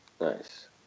Nice